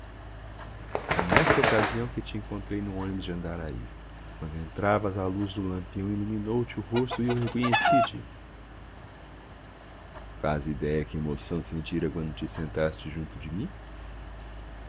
foi nesta ocasião que te encontrei no ônibus de andaraí quando entravas a luz do lampião iluminou te o rosto e eu te reconheci faze idéia que emoção sentira quando te sentaste junto de mim